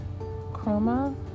Chroma